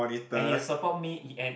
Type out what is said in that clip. and he will support me and